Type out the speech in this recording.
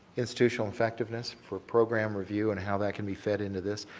institutional effectiveness for program review and how that can be fit into this?